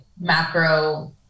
macro